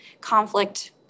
conflict